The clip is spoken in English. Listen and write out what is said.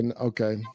Okay